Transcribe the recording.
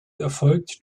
erfolgt